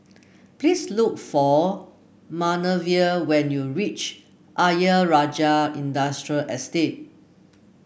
please look for Manervia when you reach Ayer Rajah Industrial Estate